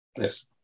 Yes